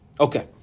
Okay